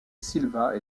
silva